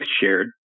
shared